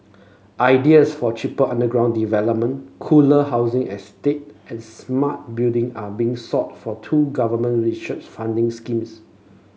ideas for cheaper underground development cooler housing estate and smart building are being sought for two government research funding schemes